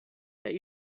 that